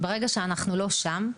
ברגע שאנחנו לא שם,